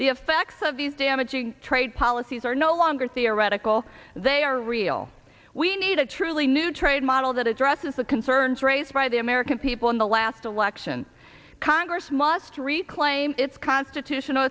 the effects of these damaging trade policies are no longer theoretical they are real we need a truly new trade model that addresses the concerns raised by the american people in the last election congress must reclaim its constitutional